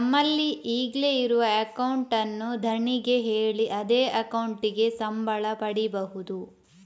ನಮ್ಮಲ್ಲಿ ಈಗ್ಲೇ ಇರುವ ಅಕೌಂಟ್ ಅನ್ನು ಧಣಿಗೆ ಹೇಳಿ ಅದೇ ಅಕೌಂಟಿಗೆ ಸಂಬಳ ಪಡೀಬಹುದು